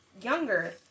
younger